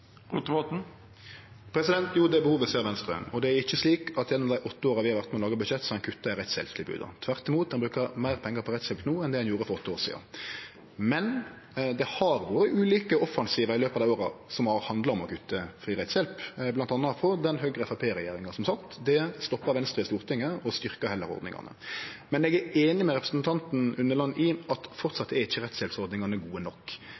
Jo, det behovet ser Venstre, og det er ikkje slik at gjennom dei åtte åra vi har vore med og laga budsjett, har ein kutta i rettshjelpstilboda. Tvert imot brukar ein meir pengar på rettshjelp no enn det ein gjorde for åtte år sidan. Men det har vore ulike offensivar i løpet av dei åra som har handla om å kutte fri rettshjelp, bl.a. frå den Høgre–Framstegsparti-regjeringa som sat. Det stoppa Venstre i Stortinget og styrkte heller ordningane. Men eg er einig med representanten Unneland i at framleis er ikkje rettshjelpsordningane gode nok.